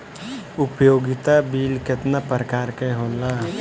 उपयोगिता बिल केतना प्रकार के होला?